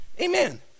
amen